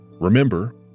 Remember